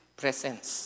presence